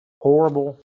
horrible